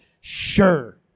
sure